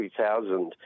2000